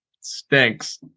Stinks